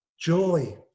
Joy